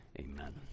Amen